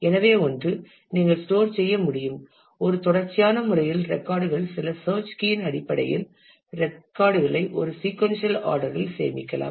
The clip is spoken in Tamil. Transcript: எனவே ஒன்று நீங்கள் ஸ்டோர் செய்ய முடியும் ஒரு தொடர்ச்சியான முறையில் ரெக்கார்ட் கள் சில சேர்ச் கீயின் அடிப்படையில் ரெக்கார்ட் களை ஒரு சீக்கொன்சியல் ஆர்டர் இல் சேமிக்கலாம்